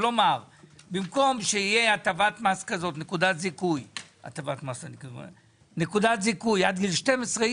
כלומר במקום שיהיה נקודת זיכוי עד גיל 12,